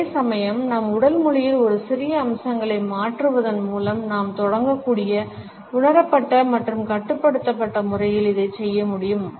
அதே சமயம் நம் உடல் மொழியில் ஒரு சிறிய அம்சங்களை மாற்றுவதன் மூலம் நாம் தொடங்கக்கூடிய உணரப்பட்ட மற்றும் கட்டுப்படுத்தப்பட்ட முறையில் இதைச் செய்ய முடியும்